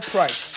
Price